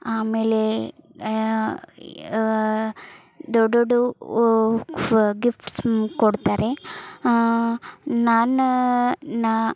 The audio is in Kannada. ಆಮೇಲೆ ದೊಡೊಡ್ಡ ಫ್ ಗಿಫ್ಟ್ಸ್ ಕೊಡ್ತಾರೆ ನಾನು ನಾನು